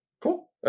Cool